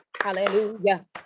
hallelujah